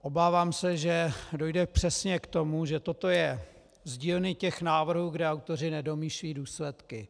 Obávám se, že dojde přesně k tomu, že toto je z dílny těch návrhů, kde autoři nedomýšlejí důsledky.